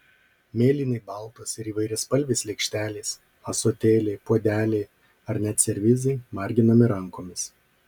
mėlynai baltos ir įvairiaspalvės lėkštelės ąsotėliai puodeliai ar net servizai marginami rankomis